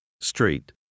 street